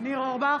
ניר אורבך,